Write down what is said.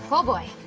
ho boy,